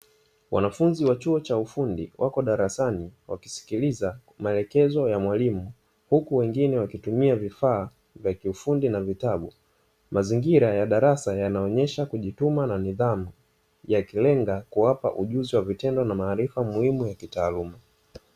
Wanafunzi wa chuo cha ufundi wako darasani, wakisikiliza melekezo ya mwalimu, huku wengine wakitumia vifaa vya kiufundi na vitabu. Mazingira ya darasa yanaonesha kujituma na nidhamu, yakilenga kuwapa ujuzi wa vitendo na maarifa muhimu ya kitaaluma.